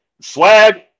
Swag